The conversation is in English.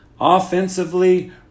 Offensively